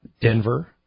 Denver